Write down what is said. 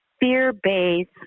fear-based